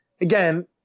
again